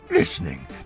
listening